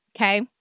okay